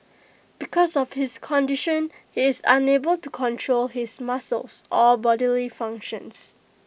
because of his condition he is unable to control his muscles or bodily functions